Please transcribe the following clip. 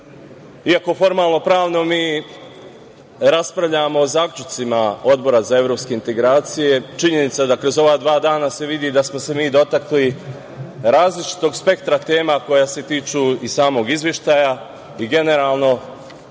iako formalno pravno mi raspravljamo o zaključcima Odbora za evropske integracije. Činjenica je da se kroz ova dva dana vidi da smo se mi dotakli različitog spektra tema koje se tiču i samog Izveštaja i generalno,